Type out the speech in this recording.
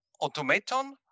automaton